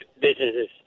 businesses